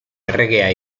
erregea